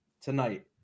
tonight